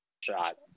shot